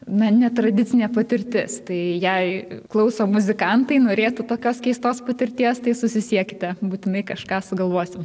na netradicinė patirtis tai jei klauso muzikantai norėtų tokios keistos patirties tai susisiekti būtinai kažką sugalvosim